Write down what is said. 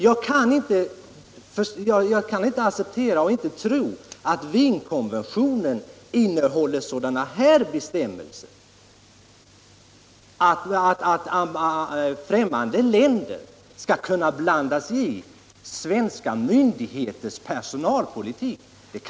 Jag kan inte acceptera och inte heller tro, fru utrikesminister, att Wienkonventionen innehåller bestämmelser om att främmande länder skall kunna blanda sig i svenska myndigheters personalpolitik.